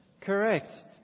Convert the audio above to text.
Correct